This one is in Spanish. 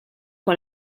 con